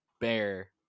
bear